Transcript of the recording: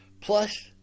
Plus